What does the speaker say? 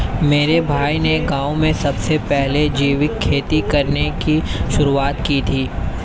मेरे भाई ने गांव में सबसे पहले जैविक खेती करने की शुरुआत की थी